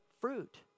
fruit